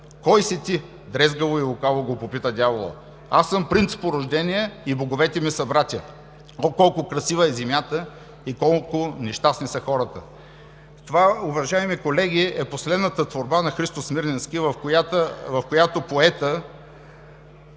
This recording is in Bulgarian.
Кой си ти? – дрезгаво и лукаво го попита Дяволът. Аз съм принц по рождение и боговете ми са братя. О, колко красива е земята и колко нещастни са хората.“ Това, уважаеми колеги, е последната творба на Христо Смирненски, в която поетът